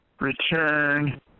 return